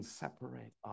separate